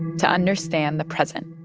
to understand the present.